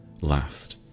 last